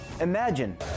Imagine